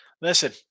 listen